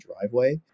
driveway